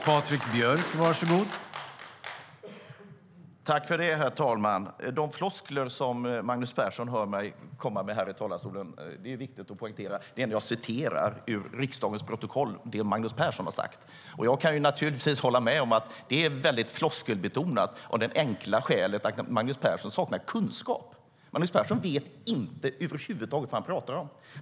Herr talman! De floskler som Magnus Persson hör mig komma med här i talarstolen - det är viktigt att poängtera - är citat ur riksdagens protokoll av vad Magnus Persson har sagt. Jag kan naturligtvis hålla med om att det är mycket floskelbetonat, av det enkla skälet att Magnus Persson saknar kunskap. Magnus Persson vet över huvud taget inte vad han pratar om.